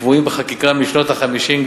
קבועים בחקיקה משנות ה-50,